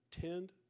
tend